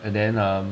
and then um